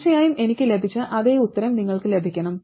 തീർച്ചയായും എനിക്ക് ലഭിച്ച അതേ ഉത്തരം നിങ്ങൾക്ക് ലഭിക്കണം